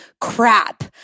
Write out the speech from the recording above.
crap